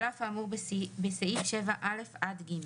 "(ג)על אף האמור בסעיף 7(א) עד (ג)